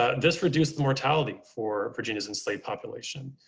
ah this reduced mortality for virginia's enslaved population.